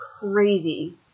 crazy